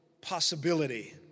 possibility